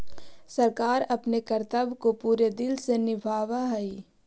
सरकार अपने कर्तव्य को पूरे दिल से निभावअ हई